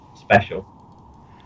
special